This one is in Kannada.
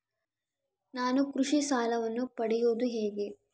ನಾನು ಕೃಷಿ ಸಾಲವನ್ನು ಪಡೆಯೋದು ಹೇಗೆ?